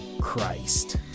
Christ